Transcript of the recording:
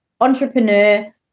entrepreneur